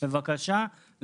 בבקשה,